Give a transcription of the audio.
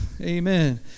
Amen